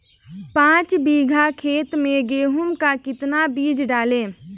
पाँच बीघा खेत में गेहूँ का कितना बीज डालें?